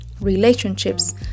relationships